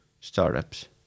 startups